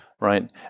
Right